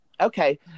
Okay